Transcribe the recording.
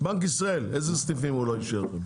בנק ישראל, איזה סניפים הוא לא אישר?